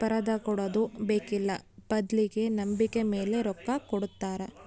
ಬರದಕೊಡದು ಬೇಕ್ಕಿಲ್ಲ ಬದ್ಲಿಗೆ ನಂಬಿಕೆಮೇಲೆ ರೊಕ್ಕ ಕೊಡುತ್ತಾರ